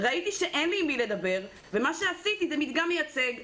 ראיתי שאין לי עם מי לדבר אז עשיתי מדגם מייצג.